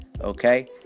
okay